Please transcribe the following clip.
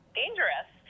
dangerous